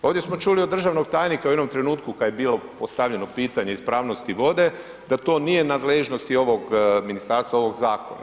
Ovdje smo čuli od državnog tajnika u jednom trenutku kad je bilo postavljano pitanje ispravnosti vode da to nije u nadležnosti ovog ministarstva, ovog zakona.